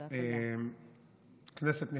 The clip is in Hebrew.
כנסת נכבדה,